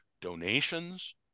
donations